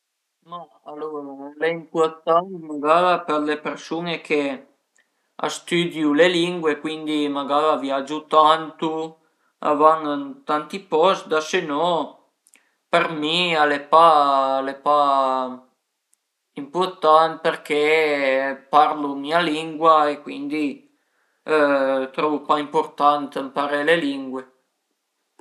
Ma alura al e ëmpurtant magfara për le persun-e che a stüdiu le lingue e cuindi magara a viagiu tantu, a van ën tanti post, da se no për mi al e pa al e pa impurtant përché parlu mia lingua e cuindi trövu pa impurtant ëmparé le lingue